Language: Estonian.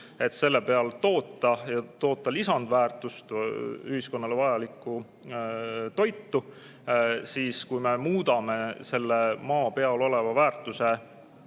et selle peal toota, ja toota ka lisandväärtust, ühiskonnale vajalikku toitu. Kui me muudame selle maa peal oleva väärtuse